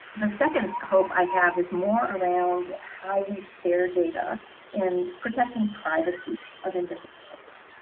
the second hope i have is more around how we fare data in protecting privacy of individuals